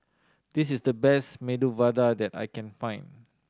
this is the best Medu Vada that I can find